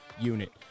Unit